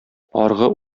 аргы